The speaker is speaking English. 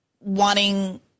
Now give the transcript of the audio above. wanting –